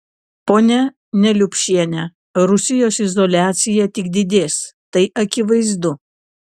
ponia neliupšiene rusijos izoliacija tik didės tai akivaizdu